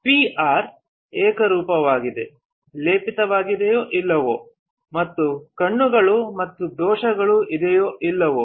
PR ಏಕರೂಪವಾಗಿ ಲೇಪಿತವಾಗಿದೆಯೋ ಇಲ್ಲವೋ ಮತ್ತು ಕಣಗಳು ಮತ್ತು ದೋಷಗಳು ಇದೆಯೋ ಇಲ್ಲವೋ